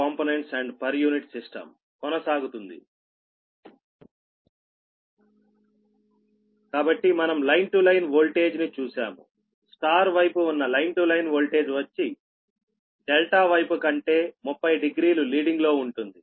కాబట్టి మనం line to line voltage ని చూశాము Y వైపు ఉన్న లైన్ టు లైన్ ఓల్టేజ్ వచ్చి ∆ వైపు కంటే 300 లీడింగ్ లో ఉంటుంది